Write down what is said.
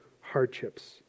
hardships